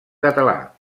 català